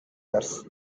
years